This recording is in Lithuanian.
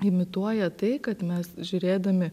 imituoja tai kad mes žiūrėdami